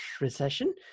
recession